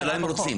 השאלה אם רוצים.